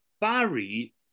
Barry